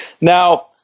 Now